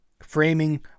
Framing